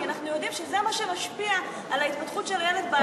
כי אנחנו יודעים שזה מה שמשפיע על ההתפתחות של הילד בעתיד.